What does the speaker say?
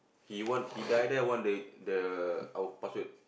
he want he die die want the the our password